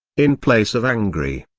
in place of angry,